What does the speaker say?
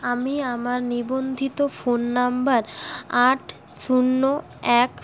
আমি আমার নিবন্ধিত ফোন নাম্বার আট শূন্য এক